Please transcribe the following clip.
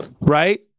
right